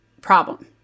problem